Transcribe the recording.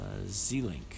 Zlink